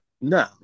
No